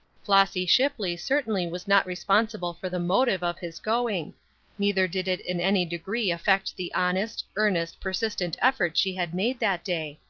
flossy shipley certainly was not responsible for the motive of his going neither did it in any degree affect the honest, earnest, persistent effort she had made that day.